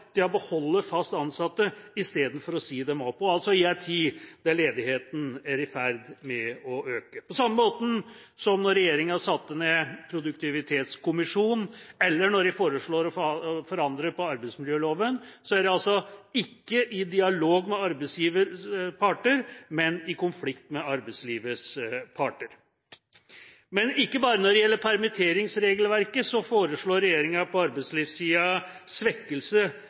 til å beholde fast ansatte i stedet for å si dem opp, og det i en tid da ledigheten er i ferd med å øke. På samme måten som da regjeringa satte ned Produktivitetskommisjonen, eller da de foreslo å forandre på arbeidsmiljøloven, er de altså ikke i dialog med arbeidslivets parter, men i konflikt med arbeidslivets parter. Men ikke bare når det gjelder permitteringsregelverket, foreslår regjeringa svekkelse på arbeidslivssida,